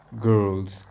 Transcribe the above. girls